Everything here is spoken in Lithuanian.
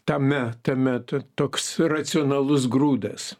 tame tame t toks racionalus grūdas